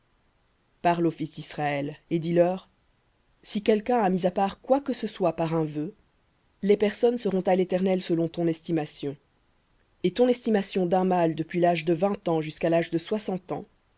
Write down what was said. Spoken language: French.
aux fils d'israël et dis-leur si quelqu'un a mis à part quoi que ce soit par un vœu les personnes seront à l'éternel selon ton estimation et ton estimation d'un mâle depuis l'âge de vingt ans jusqu'à l'âge de soixante ans